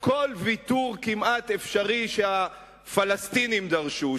כמעט כל ויתור אפשרי שהפלסטינים דרשו,